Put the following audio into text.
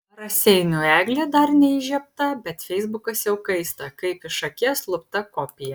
raseinių eglė dar neįžiebta bet feisbukas jau kaista kaip iš akies lupta kopija